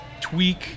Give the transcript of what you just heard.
tweak